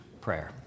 prayer